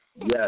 Yes